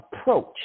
approach